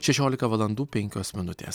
šešiolika valandų penkios minutės